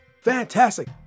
fantastic